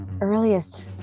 Earliest